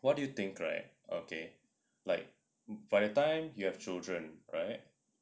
what do you think right okay like by the time you have children right